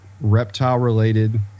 reptile-related